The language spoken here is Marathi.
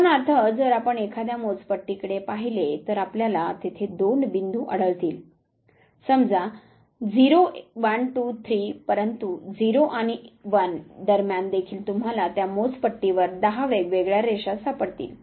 उदाहरणार्थ जर आपण एखाद्या मोजपट्टी कडे पाहिले तर आपल्याला तेथे दोन बिन्दु आढळतील समजा 0 1 2 3 परंतु 0 आणि 1 दरम्यान देखील तुम्हाला त्या मोजपट्टीवर दहा वेगवेगळ्या रेषा सापडतील